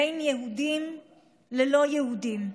בין יהודים ללא יהודים,